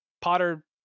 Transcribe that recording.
Potter